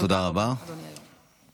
תודה רבה, אדוני היו"ר.